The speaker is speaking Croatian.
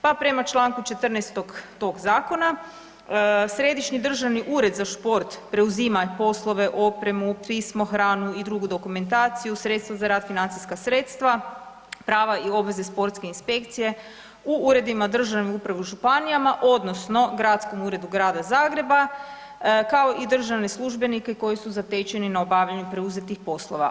Pa prema čl. 14. tog zakona Središnji državni ured za sport preuzima poslove, opremu, pismohranu i drugu dokumentaciju, sredstva za rad financijska sredstva, prava i obveza sportske inspekcije u uredima državne uprave u županijama odnosno Gradskom uredu Grada Zagreba kao i državne službenike koji su zatečeni na obavljanju preuzetih poslova.